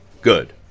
Good